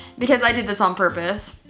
because i did this on purpose.